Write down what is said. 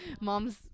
Mom's